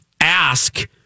ask